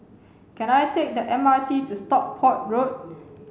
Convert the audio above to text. can I take the M R T to Stockport Road